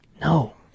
No